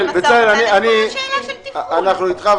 אנחנו איתך.